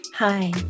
Hi